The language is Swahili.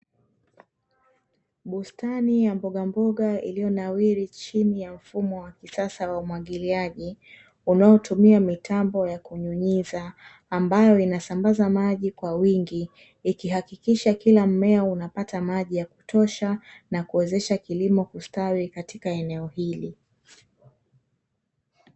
Bustani ya mbogamboga iliyonawiri chini ya mfumo wa kisasa wa umwagiliaji, unaotumia mitambo ya kunyunyiza ambayo inasambaza maji kwa wingi, ikihakikisha kila mmea unapata maji ya kutosha na kuwezesha kilimo kustawi katika eneo hili.